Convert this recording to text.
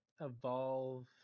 evolve